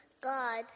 God